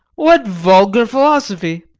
what vulgar philosophy!